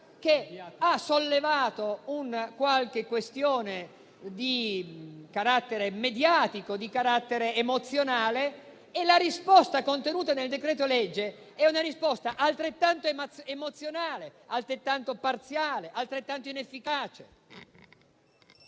che ha sollevato qualche questione di carattere mediatico o emozionale e che la risposta contenuta nel decreto-legge è altrettanto emozionale, altrettanto parziale e altrettanto inefficace.